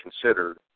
considered